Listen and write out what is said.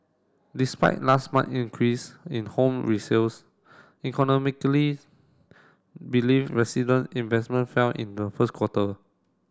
despite last month increase in home resales believe resident investment fell in the first quarter